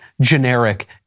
generic